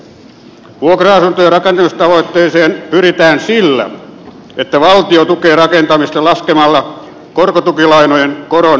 vuokra asuntojen rakentamistavoitteeseen pyritään sillä että valtio tukee rakentamista laskemalla korkotukilainojen koron omavastuuosuutta